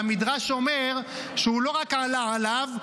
והמדרש אומר שהוא לא רק עלה עליו,